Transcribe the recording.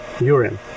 urine